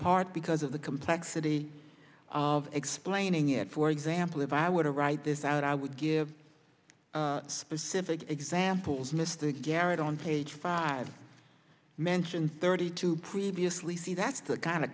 part because of the complexity of explaining it for example if i were to write this out i would give specific examples mr garrett on page five mention thirty two previously see that's the kind of